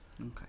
Okay